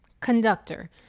conductor